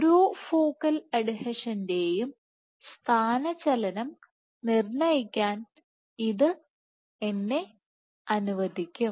ഓരോ ഫോക്കൽ അഡ്ഹീഷന്റെയും സ്ഥാനചലനം നിർണ്ണയിക്കാൻ ഇത് എന്നെ അനുവദിക്കും